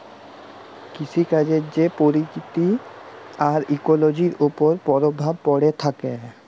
কিসিকাজের যে পরকিতি আর ইকোলোজির উপর পরভাব প্যড়ে থ্যাকে